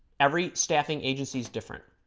every staffing agencies different